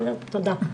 תודה.